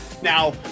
Now